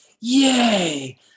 yay